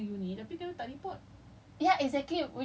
report lah like reports do happen that's the thing